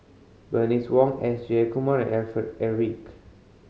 Bernice Wong S Jayakumar and Alfred Eric